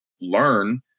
learn